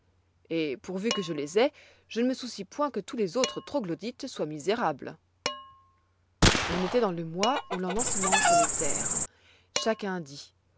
et pourvu que je les aie je ne me soucie point que tous les autres troglodytes soient misérables on étoit dans le mois où l'on ensemence les terres chacun dit